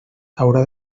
haurà